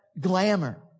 Glamour